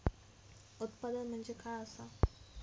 उत्पादन म्हणजे काय असा?